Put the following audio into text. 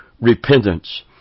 repentance